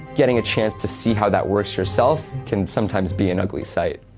getting a chance to see how that works yourself can sometimes be an ugly sight.